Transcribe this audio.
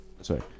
sorry